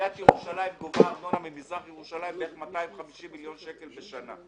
עיריית ירושלים גובה ארנונה ממזרח ירושלים בערך 250 מיליון שקל בשנה.